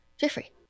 jeffrey